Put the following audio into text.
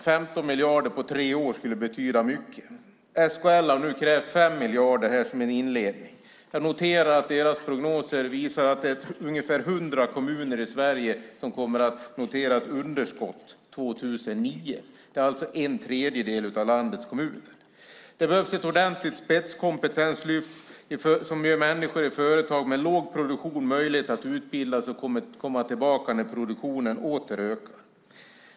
15 miljarder på tre år skulle betyda mycket. SKL har krävt 5 miljarder som en inledning. Deras prognoser visar att det är ungefär 100 kommuner i Sverige som kommer att notera ett underskott 2009. Det är alltså en tredjedel av landets kommuner. Det behövs ett ordentligt spetskompetenslyft som ger människor i företag med låg produktion möjlighet att utbilda sig och komma tillbaka när produktionen åter ökar.